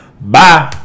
Bye